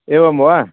एवं वा